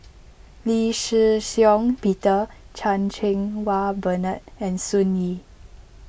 Lee Shih Shiong Peter Chan Cheng Wah Bernard and Sun Yee